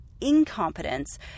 incompetence